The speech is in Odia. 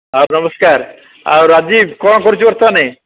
ହଁ ନମସ୍କାର ଆଉ ରାଜୀବ କ'ଣ କରୁଛୁ ବର୍ତ୍ତମାନ